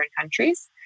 countries